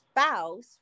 spouse